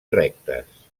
rectes